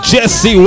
Jesse